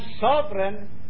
sovereign